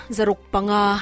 Zarukpanga